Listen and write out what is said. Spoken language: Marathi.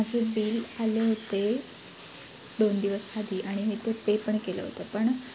माझं बिल आले होते दोन दिवस आधी आणि मी ते पे पण केलं होतं पण